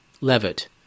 Levitt